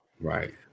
Right